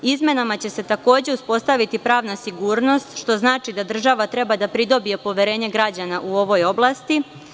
Izmenama će se takođe uspostaviti pravna sigurnost, što znači da država treba da pridobije poverenje građana u ovoj oblasti.